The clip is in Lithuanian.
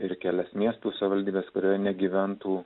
ir kelių miestų savivaldybės yra negyventų